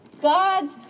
God's